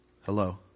Hello